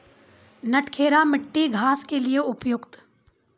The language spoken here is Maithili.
नटखेरा मिट्टी घास के लिए उपयुक्त?